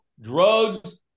drugs